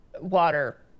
water